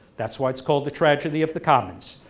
that's why it's called the tragedy of the commons.